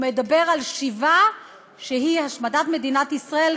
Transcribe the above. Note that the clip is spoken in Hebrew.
הוא מדבר על שיבה שהיא השמדת מדינת ישראל,